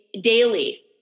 daily